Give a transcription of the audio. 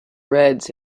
reds